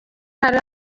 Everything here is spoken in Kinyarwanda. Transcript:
hari